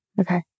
Okay